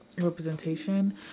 representation